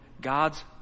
God's